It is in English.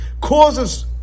causes